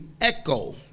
echo